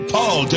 Paul